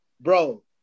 bro